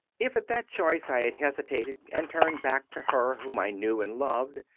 if at that choice i had hesitated and turned back to her whom i knew and loved,